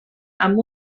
amb